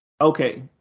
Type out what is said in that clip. okay